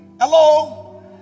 hello